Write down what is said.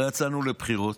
הרי יצאנו לבחירות,